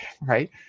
right